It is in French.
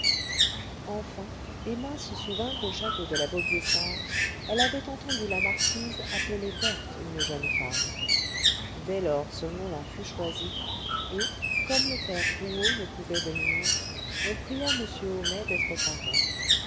enfin emma se souvint qu'au château de la vaubyessard elle avait entendu la marquise appeler berthe une jeune femme dès lors ce nom-là fut choisi et comme le père rouault ne pouvait venir on pria m homais d'être parrain